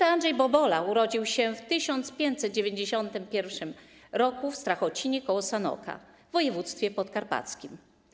Św. Andrzej Bobola urodził się w 1591 r. w Strachocinie koło Sanoka w województwie podkarpackim.